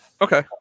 Okay